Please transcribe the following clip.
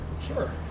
Sure